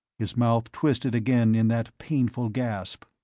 his mouth twisted again in that painful gasp.